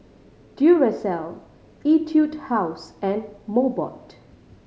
Duracell Etude House and Mobot